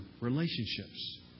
relationships